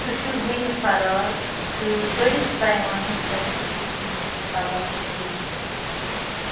سُہ چھُ ؤنہٕ فرار تہٕ بٔڈِس پیمانَس پٮ۪ٹھ چھِ پُلیٖسٕچ تلاش جٲری